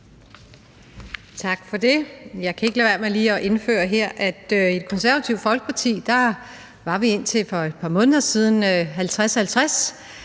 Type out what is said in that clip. Tak for det. Jeg kan ikke lade være med lige at indføre her, at i Det Konservative Folkeparti var vi indtil for et par måneder siden 50-50.